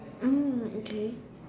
okay